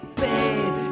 babe